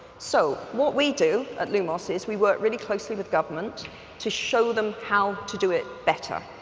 so what we do at lumos is we work really closely with governments to show them how to do it better,